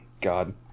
God